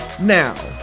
now